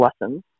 lessons